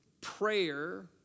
prayer